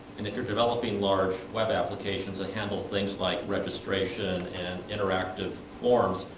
and if you're developing large web applications that handle things like registration and interactive forums,